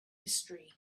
mystery